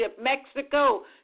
Mexico